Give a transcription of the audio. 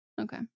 Okay